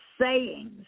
sayings